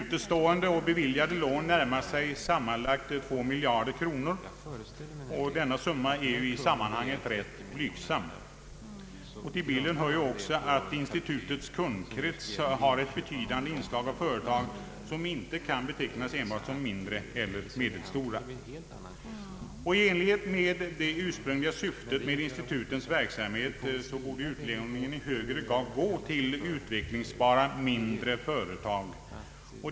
Utestående och beviljade lån närmar sig sammanlagt två miljarder kronor. Denna summa är i sammanhanget ganska blygsam. Till bilden hör också att institutens kundkrets har ett betydande inslag av företag som inte kan betecknas som enbart mindre eller medelstora. I enlighet med det ursprungliga syftet med institutens verksamhet borde utlåningen i högre grad gå till utvecklingsbara mindre och medelstora företag.